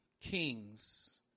kings